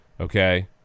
okay